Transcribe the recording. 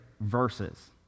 verses